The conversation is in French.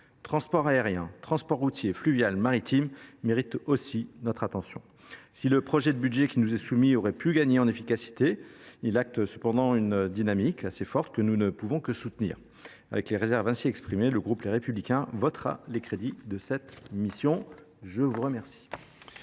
transports aérien, routier, fluvial et maritime méritent aussi notre attention. Si le projet de budget qui nous est soumis peut encore gagner en efficacité, il acte cependant une dynamique assez forte que nous ne pouvons que soutenir. Avec les réserves que je viens d’exprimer, le groupe Les Républicains votera les crédits de cette mission. La parole